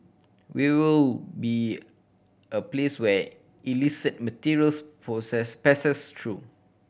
we will be a place where illicit materials process passes through